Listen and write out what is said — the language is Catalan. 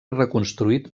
reconstruït